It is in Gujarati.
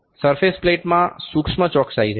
સરફેસ પ્લેટમાં સૂક્ષ્મ ચોક્સાઈ છે